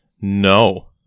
No